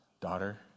daughter